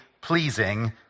pleasing